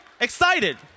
excited